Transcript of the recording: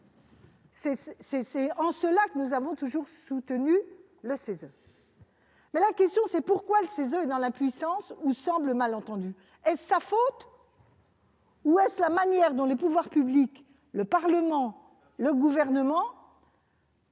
C'est en cela que nous avons toujours soutenu le CESE. Pourquoi le CESE semble-t-il impuissant ou mal entendu ? Est-ce sa faute ou est-ce la manière dont les pouvoirs publics, le Parlement, le Gouvernement